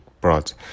brought